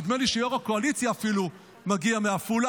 נדמה לי שאפילו יו"ר הקואליציה מגיע מעפולה,